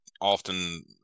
often